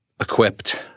equipped